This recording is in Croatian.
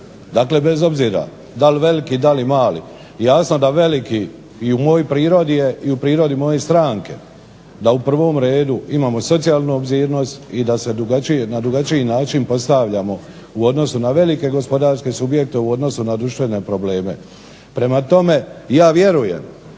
Dakle, bez obzira da li veliki, da li mali. Jasno da veliki i u mojoj prirodi je i u prirodi moje stranke da u prvom redu imamo socijalnu obzirnost i da se na drugačiji način postavljamo u odnosu na velike gospodarske subjekte, u odnosu na društvene probleme. Prema tome, ja vjerujem,